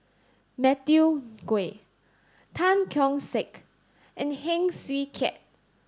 Matthew Ngui Tan Keong Saik and Heng Swee Keat